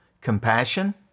compassion